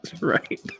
right